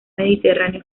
mediterráneo